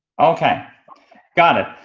okay, got it.